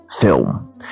film